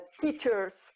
teachers